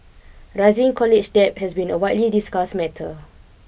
rising college debt has been a widely discussed matter